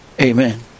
Amen